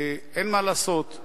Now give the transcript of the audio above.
אין מה לעשות,